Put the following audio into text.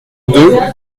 deux